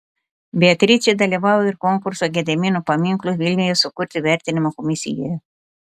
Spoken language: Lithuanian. beatričė dalyvavo ir konkurso gedimino paminklui vilniuje sukurti vertinimo komisijoje